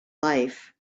life